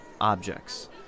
objects